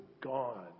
gone